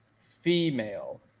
female